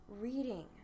reading